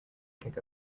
kick